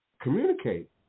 communicate